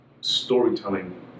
storytelling